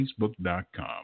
facebook.com